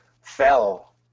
fell